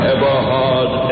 Everhard